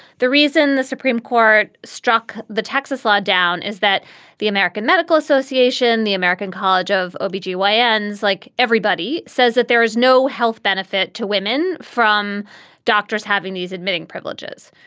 the reason the supreme court struck the texas law down is that the american medical association, the american college of o'bagy y ends like everybody says, that there is no health benefit to women from doctors having these admitting privileges.